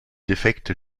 defekte